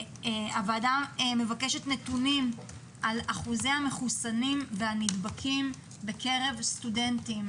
הוועדה גם מבקשת נתונים על אחוזי המחוסנים והנדבקים בקרב סטודנטים.